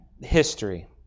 history